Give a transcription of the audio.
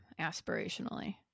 aspirationally